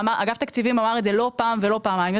ואגף התקציבים אמר את זה לא פעם ולא פעמיים,